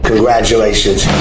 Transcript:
Congratulations